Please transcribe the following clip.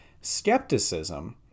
skepticism